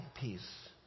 peace